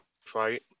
fight